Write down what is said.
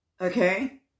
okay